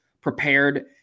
prepared